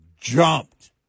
jumped